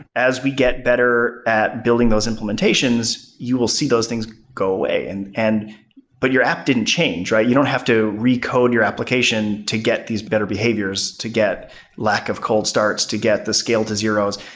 as we get better at building those implementations, you will see those things go away, and and but your app didn't change. you don't have to recode your application to get these better behaviors, to get lack of cold starts, to get the scale to zeroes.